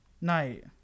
night